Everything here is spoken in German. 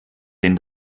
den